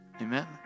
Amen